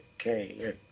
okay